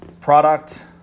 product